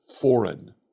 foreign